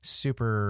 super